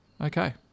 Okay